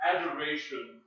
adoration